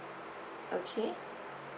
okay